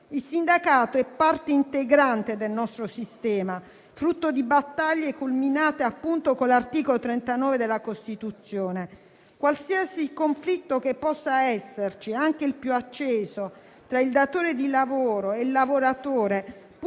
Il sindacato è parte integrante del nostro sistema, frutto di battaglie culminate appunto nell'articolo 39 della Costituzione. Qualsiasi conflitto possa esserci, anche il più acceso, tra datore di lavoro e lavoratore,